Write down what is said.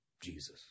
Jesus